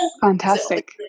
fantastic